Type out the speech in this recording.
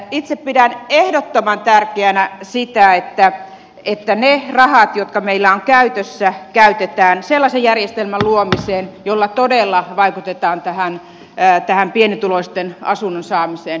itse pidän ehdottoman tärkeänä sitä että ne rahat jotka meillä on käytössä käytetään sellaisen järjestelmän luomiseen jolla todella vaikutetaan tähän pienituloisten asunnon saamiseen